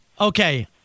Okay